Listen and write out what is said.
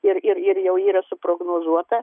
ir ir ir jau yra suprognozuota